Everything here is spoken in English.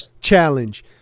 challenge